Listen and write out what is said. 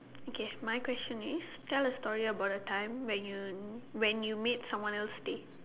okay my question is tell a story about a time when you when you made someone else stay